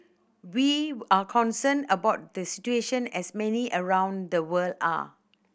we are concerned about the situation as many around the world are